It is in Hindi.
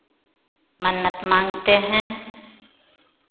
मन्नत मांगते हैं